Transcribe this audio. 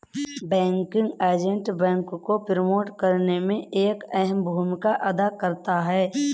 banking agent bank को promote करने में एक अहम भूमिका अदा करता है